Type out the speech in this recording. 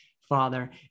Father